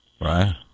Right